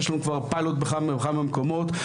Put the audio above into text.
יש לנו פיילוט בכמה וכמה מקומות.